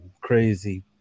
crazy